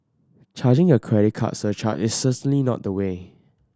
charging a credit card surcharge is certainly not the way